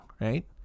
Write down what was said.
right